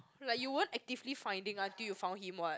like you won't actively finding until you found him what